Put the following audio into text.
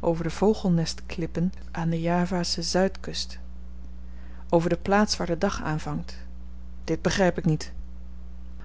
over de vogelnestklippen aan de javasche zuidkust over de plaats waar de dag aanvangt dit begryp ik niet